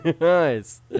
Nice